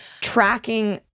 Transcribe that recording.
tracking